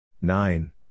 Nine